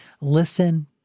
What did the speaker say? listen